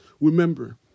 Remember